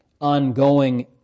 ongoing